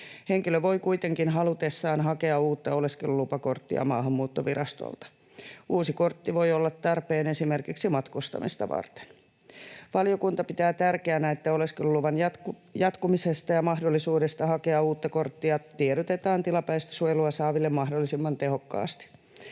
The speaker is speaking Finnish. Henkilö voi kuitenkin halutessaan hakea uutta oleskelulupakorttia Maahanmuuttovirastolta. Uusi kortti voi olla tarpeen esimerkiksi matkustamista varten. Valiokunta pitää tärkeänä, että oleskeluluvan jatkumisesta ja mahdollisuudesta hakea uutta korttia tiedotetaan tilapäistä suojelua saaville mahdollisimman tehokkaasti.